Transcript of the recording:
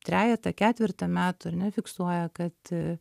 trejetą ketvertą metų ar ne fiksuoja kad